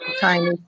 tiny